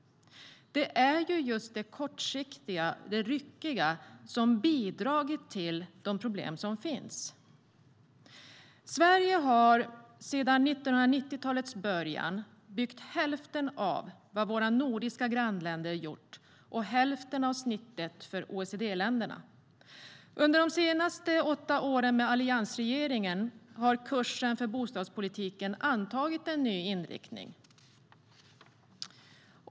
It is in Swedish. Det är ju just det kortsiktiga och det ryckiga som har bidragit till de problem som finns. Sverige har sedan 1990-talets början byggt hälften av vad våra nordiska grannländer har gjort och hälften av snittet för OECD-länderna. Under de senaste åtta åren med alliansregeringen har dock kursen för bostadspolitiken antagit en ny inriktning.